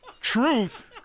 truth